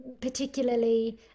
particularly